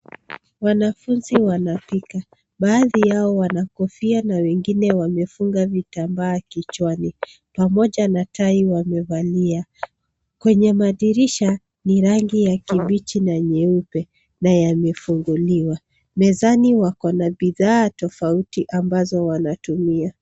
Wanafunzi wanapika, baadhi yao wana kofia na wengine wamefunga vitambaa kichwani pamoja na tai wamevalia. Kwenye madirisha ni rangi ya kibichi na nyeupe na yamefunguliwa. Mezani wako na bidhaa tofauti ambazo wanatumia.